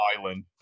island